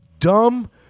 Dumb